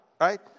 right